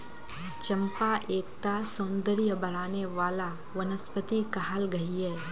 चंपा एक टा सौंदर्य बढाने वाला वनस्पति कहाल गहिये